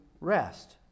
rest